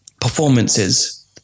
performances